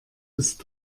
ist